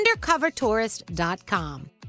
UndercoverTourist.com